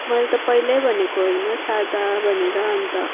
मैले त पहिले भनेको होइन सादा भनेर अन्त